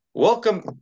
Welcome